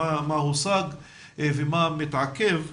מה הושג ומה מתעכב.